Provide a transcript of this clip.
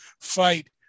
fight